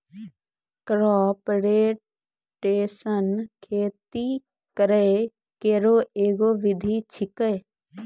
crop rotation खेती करै केरो एगो विधि छिकै